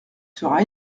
sera